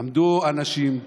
עמדו אנשים,